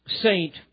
saint